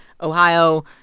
Ohio